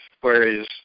whereas